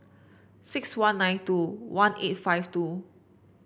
six one nine two one eight five two